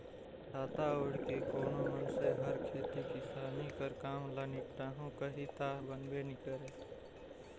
छाता ओएढ़ के कोनो मइनसे हर खेती किसानी कर काम ल निपटाहू कही ता बनबे नी करे